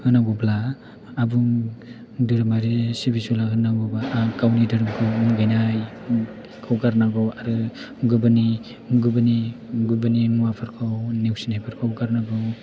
होनांगौब्ला आबुं धोरोमारि सिबिसुला होननांगौबा गावनि धोरोमखौ मुगैनायखौ गारनांगौ आरो गुबुननि मुवाफोरखौ नेवसिनायफोरखौ गारनांगौ